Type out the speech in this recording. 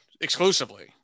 exclusively